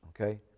okay